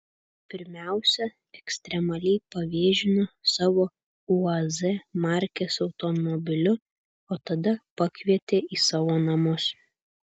pirmiausia ekstremaliai pavėžino savo uaz markės automobiliu o tada pakvietė į savo namus